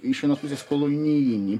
iš vienos pusės kolonijinį